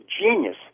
genius